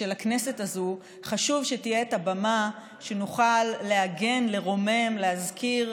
חשוב שתהיה הבמה שנוכל להגן, לרומם, להזכיר,